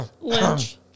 Lynch